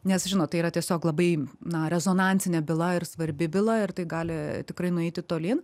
nes žinot tai yra tiesiog labai na rezonansinė byla ir svarbi byla ir tai gali tikrai nueiti tolyn